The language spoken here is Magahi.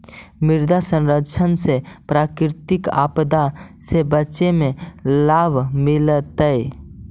मृदा संरक्षण से प्राकृतिक आपदा से बचे में लाभ मिलतइ